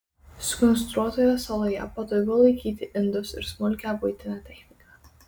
sukonstruotoje saloje patogu laikyti indus ir smulkią buitinę techniką